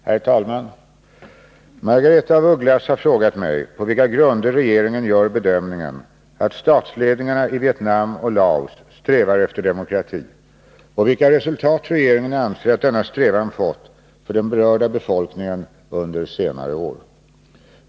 Herr talman! Margaretha af Ugglas har frågat mig på vilka grunder regeringen gör bedömningen att statsledningarna i Vietnam och Laos strävar efter demokrati och vilka resultat regeringen anser att denna strävan fått för den berörda befolkningen under senare år.